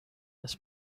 this